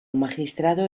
magistrado